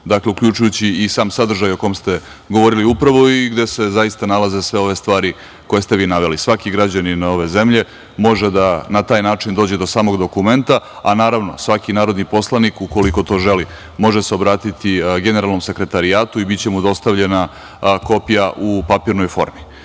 tekstu uključujući i sam sadržaj o kom ste govorili upravo i gde se zaista nalaze sve ove stvari koje ste vi naveli. Svaki građanin ove zemlje može da na taj način dođe do samog dokumenta, a naravno svaki narodni poslanik, ukoliko to želi, može se obratiti generalnom sekretarijatu i biće mu dostavljena kopija u papirnoj formi. Dakle,